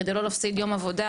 כדי לא להפסיד יום עבודה,